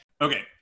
Okay